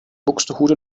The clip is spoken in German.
buxtehude